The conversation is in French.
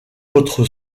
votre